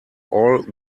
all